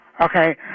Okay